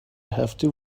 هفته